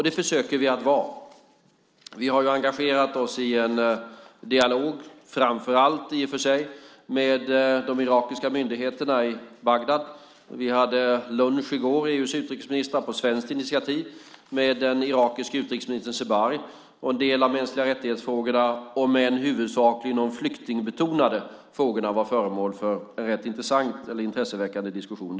Det försöker vi att vara. Vi har engagerat oss i en dialog, i och för sig framför allt med de irakiska myndigheterna i Bagdad. EU:s utrikesministrar hade en lunch i går, på svenskt initiativ, med den irakiske utrikesministern Zebari, och en del av frågorna om mänskliga rättigheter, om än de flyktingbetonade frågorna, var föremål för en intresseväckande diskussion.